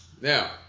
Now